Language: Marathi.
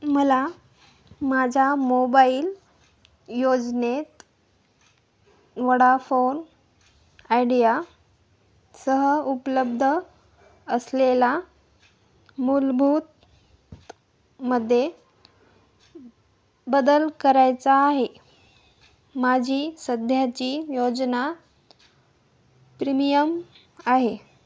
मला माझ्या मोबाईल योजनेत वडाफोन आयडिया सह उपलब्ध असलेला मूलभूत मध्ये बदल करायचा आहे माझी सध्याची योजना प्रीमियम आहे